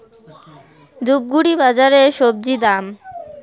ধূপগুড়ি বাজারের স্বজি দাম?